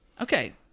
Okay